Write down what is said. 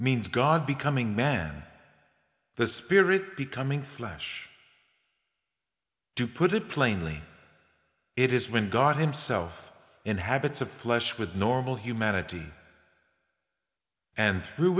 means god becoming man the spirit becoming flesh to put it plainly it is when god himself inhabits of flesh with normal humanity and